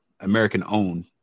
American-owned